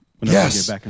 Yes